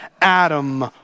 Adam